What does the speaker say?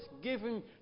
given